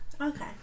Okay